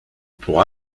pour